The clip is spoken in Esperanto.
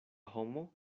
homo